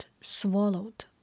swallowed